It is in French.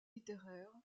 littéraire